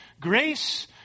grace